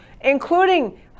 including